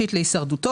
להישרדותו.